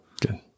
Good